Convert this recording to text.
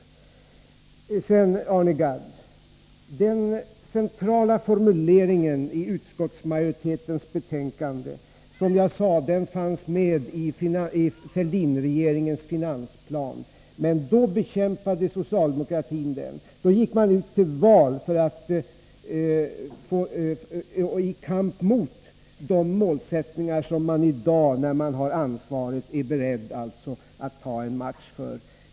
Till sist, Arne Gadd: Den centrala formuleringen i utskottsmajoritetens betänkande fanns, som jag sade, med i Fälldinregeringens finansplan. Men då bekämpade socialdemokratin den. Och socialdemokraterna gick i valrörelsen till kamp mot de målsättningar som de i dag, när de har ansvaret, är beredda att ta en match för.